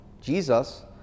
Jesus